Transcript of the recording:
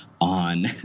on